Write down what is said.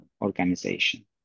organization